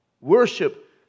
Worship